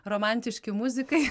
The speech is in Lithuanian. romantiški muzikai